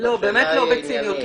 השאלה היא עניינית.